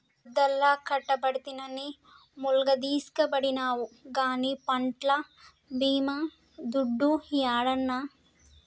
పొద్దల్లా కట్టబడితినని ములగదీస్కపండినావు గానీ పంట్ల బీమా దుడ్డు యేడన్నా